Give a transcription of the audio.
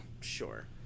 Sure